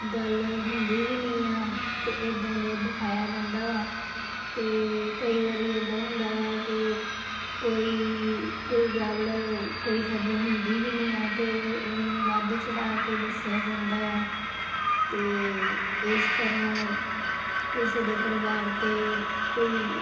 ਗੱਲ ਹੁੰਦੀ ਵੀ ਨਹੀਂ ਆ ਅਤੇ ਇੱਦਾਂ ਦੇ ਦਿਖਾਇਆ ਜਾਂਦਾ ਵਾ ਅਤੇ ਕਈ ਵਾਰੀ ਇੱਦਾਂ ਹੁੰਦਾ ਵਾ ਕਿ ਕੋਈ ਕੋਈ ਗੱਲ ਕੋਈ ਖ਼ਬਰ ਹੁੰਦੀ ਵੀ ਨਹੀਂ ਆ ਅਤੇ ਉਹ ਉਹਨੂੰ ਵੱਧ ਚੜਾ ਕੇ ਦੱਸਿਆ ਜਾਂਦਾ ਆ ਅਤੇ ਇਸ ਤਰ੍ਹਾਂ ਕਿਸੇ ਦੇ ਪਰਿਵਾਰ 'ਤੇ ਕੋਈ